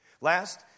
Last